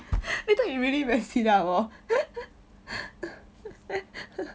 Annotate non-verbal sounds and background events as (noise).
later you really mess it up hor (laughs)